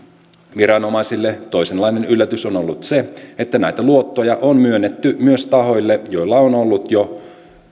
viranomaisille toisenlainen yllätys on ollut se että näitä luottoja on myönnetty myös tahoille joilla on ollut jo